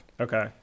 Okay